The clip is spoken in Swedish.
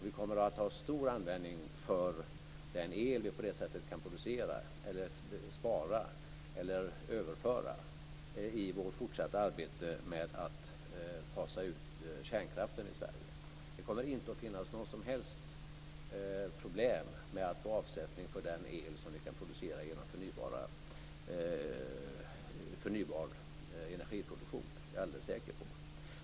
Vi kommer att ha stor användning för den el som vi på det sättet kan producera, spara eller överföra i vårt fortsatta arbete med att fasa ut kärnkraften i Sverige. Det kommer inte att finnas något som helst problem med att få avsättning för den el som vi kan producera genom produktion av förnybar energi - det är jag alldeles säker på.